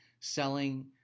selling